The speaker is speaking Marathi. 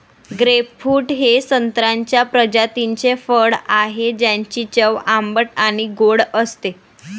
ग्रेपफ्रूट हे संत्र्याच्या प्रजातीचे फळ आहे, ज्याची चव आंबट आणि गोड असते